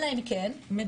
אלא אם כן מדובר,